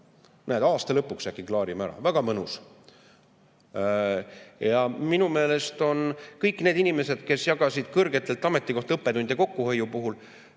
Aasta lõpuks äkki klaarime ära!? Väga mõnus! Minu meelest kõik need inimesed, kes jagasid kõrgetelt ametikohtadelt õppetunde kokkuhoiuks